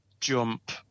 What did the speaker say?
jump